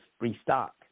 restock